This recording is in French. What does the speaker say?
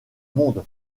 monde